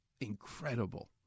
Incredible